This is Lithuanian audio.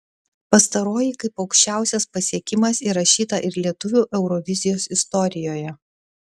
pastaroji kaip aukščiausias pasiekimas įrašyta ir lietuvių eurovizijos istorijoje